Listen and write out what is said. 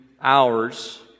hours